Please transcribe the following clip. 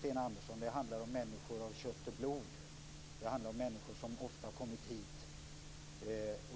Sten Andersson, det handlar om människor av kött och blod. Det handlar om människor som ofta har kommit hit